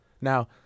Now